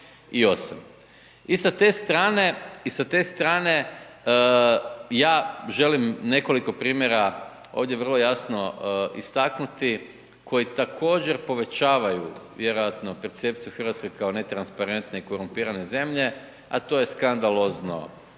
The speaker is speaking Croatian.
i sa te strane ja želim nekoliko primjera ovdje vrlo jasno istaknuti koji također povećavaju vjerojatno percepciju Hrvatske kao netransparentne i korumpirane zemlje, a to je skandalozno